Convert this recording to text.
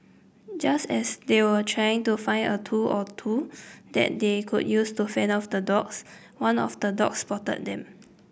just as they were trying to find a tool or two that they could use to fend off the dogs one of the dogs spotted them